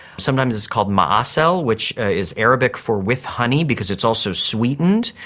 sometimes it's called mu'assel, which is arabic for with honey because it's also sweetened,